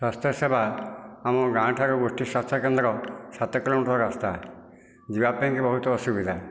ସ୍ୱାସ୍ଥ୍ୟସେବା ଆମ ଗାଁଠାରୁ ଗୋଷ୍ଠୀ ସ୍ୱାସ୍ଥ୍ୟ କେନ୍ଦ୍ର ସାତ କିଲୋମିଟର ରାସ୍ତା ଯିବା ପାଇଁକି ବହୁତ ଅସୁବିଧା